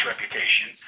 reputation